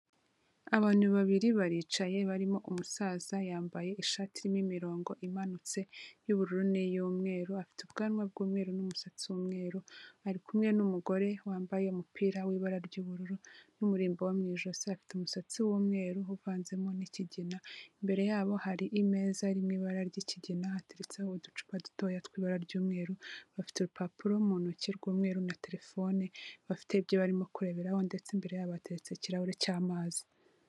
Abantu babiri baricaye barimo umusaza yambaye ishati irimo imirongo imanutse y'ubururu n'iy'umweru, afite ubwanwa bw'umweru n'umusatsi w'umweru, ari kumwe n'umugore wambaye umupira w'ibara ry'ubururu n'umurimbo wo mu ijosi, afite umusatsi w'umweru uvanzemo n'ikigina, imbere yabo hari imeza irimo ibara ry'ikigina hateriretseho uducupa dutoya tw'ibara ry'umweru, bafite urupapuro mu ntoki rw'umweru na telefone bafite ibyo barimo kureberaho ndetse imbere yabo hatetse ikirahure cy'amazi.